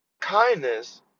kindness